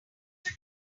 they